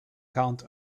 count